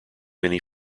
many